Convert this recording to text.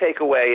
takeaway